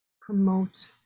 promote